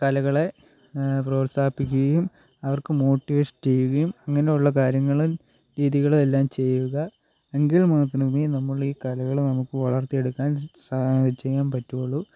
കലകളെ പ്രോത്സാഹിപ്പിക്കുകയും അവർക്ക് മോട്ടിവേറ്റ് ചെയ്യുകയും അങ്ങനെയുള്ള കാര്യങ്ങൾ രീതികൾ എല്ലാം ചെയ്യുക എങ്കിൽ മാത്രമേ നമ്മൾ ഈ കലകൾ നമുക്ക് വളർത്തിയെടുക്കാൻ സാ ചെയ്യാൻ പറ്റുള്ളൂ